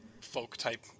folk-type